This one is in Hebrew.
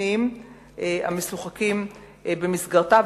הקבוצתיים המשוחקים במסגרתו,